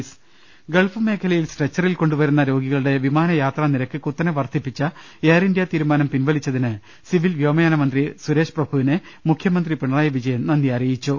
രു ൽ ശു ൾ ശു ൾ ൽ ശു ൽ ശ ഗൾഫ് മേഖലയിൽ സ്ട്രെച്ചറിൽ കൊണ്ടുവരുന്ന രോഗികളുടെ വിമാ നയാത്രാനിരക്ക് കുത്തനെ വർദ്ധിപ്പിച്ച എയർ ഇന്ത്യാ തീരുമാനം പിൻവ ലിച്ചതിന് സിവിൽ വ്യോമയാന മ്ന്ത്രി സുരേഷ് പ്രഭുവിനെ മുഖ്യമന്ത്രി പിണറായി വിജയൻ നന്ദി അറിയിച്ചു